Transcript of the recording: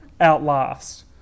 outlast